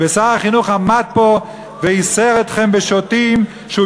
ושר החינוך עמד פה וייסר אתכם בשוטים כשהוא